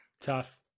Tough